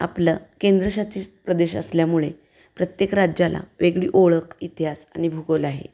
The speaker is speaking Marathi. आपलं केंद्रशासीत प्रदेश असल्यामुळे प्रत्येक राज्याला वेगळी ओळख इतिहास आणि भूगोल आहे